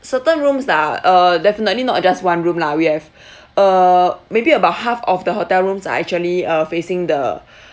certain rooms lah uh definitely not just one room lah we have uh maybe about half of the hotel rooms are actually uh facing the